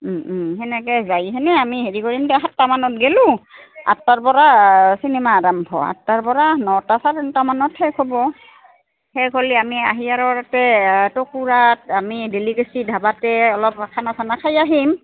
সেনেকে যায় সেনে আমি হেৰি কৰিম দেই সাতটামানত গেলোঁ আঠটাৰ পৰা চিনেমা আৰম্ভ আঠটাৰ পৰা নটা চাৰেনটামানত শেষ হ'ব শেষ হ'ল আমি আহি আৰু তাতে টুকুৰাত আমি ডেলিকেচি ধাবাতে অলপ খানা খানা খাই আহিম